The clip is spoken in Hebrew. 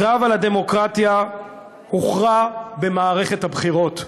הקרב על הדמוקרטיה הוכרע במערכת הבחירות,